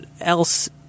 else